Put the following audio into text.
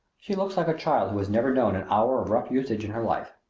she looks like a child who has never known an hour of rough usage in her life.